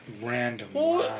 random